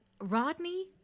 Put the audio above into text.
Rodney